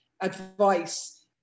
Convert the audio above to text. advice